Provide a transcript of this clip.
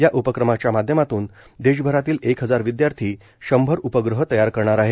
या उपक्रमाच्या माध्यमातून देशभरातील एक हजार विदयार्थी शंभर उपग्रह तयार करणार आहेत